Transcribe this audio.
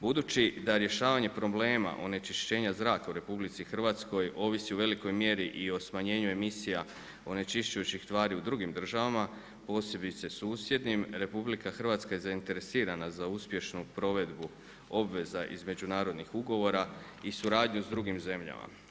Budući da rješavanje problema onečišćenja zraka u RH ovisi u velikoj mjeri i o smanjenju emisija onečišćujućih tvari u drugim državama, posebice susjednim, RH je zainteresirana za uspješnu provedbu obveza iz međunarodnih ugovora i suradnju s drugim zemljama.